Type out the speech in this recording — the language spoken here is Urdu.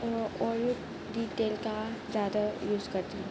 او اوریہ ڈیٹیل کا زیادہ یوز کرتی ہوں